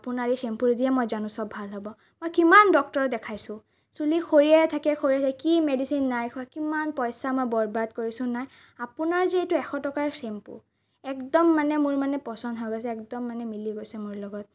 আপোনাৰ এই চেম্পু দিয়ে মই জানো চব ভাল হ'ব মই কিমান ডক্টৰক দেখাইছোঁ চুলি সৰিয়ে থাকে সৰিয়ে থাকে কি মেডিচেন নাই খোৱা কিমান পইচা মই বৰবাদ কৰিছো নাই আপোনাৰ যি এশ টকাৰ চেম্পুৰ একদম মানে মোৰ মানে পচন্দ হৈ গৈছে একদম মানে মিলি গৈছে মোৰ লগত